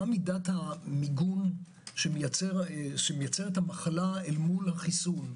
מה מידת המיגון שמייצרת המחלה מול החיסון.